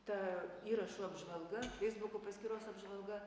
ta įrašų apžvalga feisbuko paskyros apžvalga